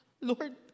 Lord